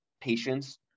patient's